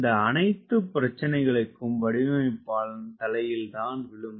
இந்த அனைத்து பிரச்சனைகளும் வடிவமைப்பாளன் தலையில் தான் விழும்